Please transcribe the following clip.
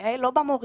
הבעיה לא במורים,